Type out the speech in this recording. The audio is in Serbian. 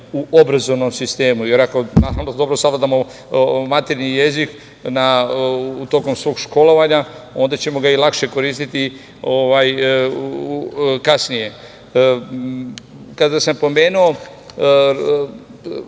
u obrazovnom sistemu. Ako dobro savladamo maternji jezik tokom svog školovanja, onda ćemo ga i lakše koristiti kasnije. Kada sam pomenuo